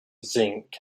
zinc